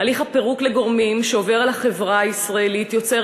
הליך הפירוק לגורמים שעובר על החברה הישראלית יוצר